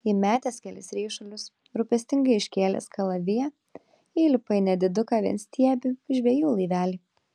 įmetęs kelis ryšulius rūpestingai iškėlęs kalaviją įlipa į nediduką vienstiebį žvejų laivelį